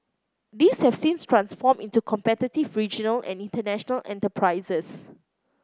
these have since transformed into competitive regional and international enterprises